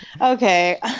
Okay